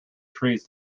trees